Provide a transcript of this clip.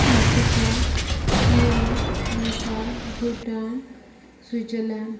Africa China Nepal Bhutan Switzerland